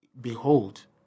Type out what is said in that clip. behold